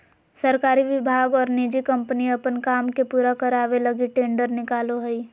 सरकारी विभाग और निजी कम्पनी अपन काम के पूरा करावे लगी टेंडर निकालो हइ